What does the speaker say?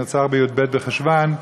שנרצח בי"ב במרחשוון.